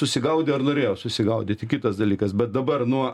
susigaudė ar norėjo susigaudyti kitas dalykas bet dabar nuo